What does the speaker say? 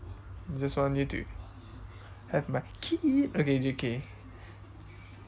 this one need to have my key okay joking